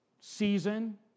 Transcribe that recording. season